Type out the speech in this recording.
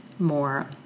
More